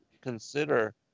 consider